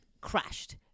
crashed